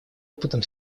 опытом